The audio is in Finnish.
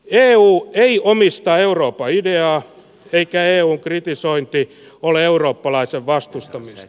eu ei omista euroopan ideaa eikä eun kritisointi ole eurooppalaisen vastustamista